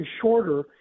shorter